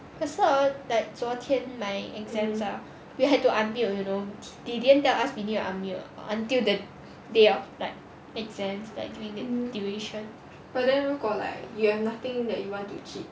that's why hor like 昨天 my exams ah we had to unmute you know they didn't tell us we need to unmute until the day of like exams like doing the duration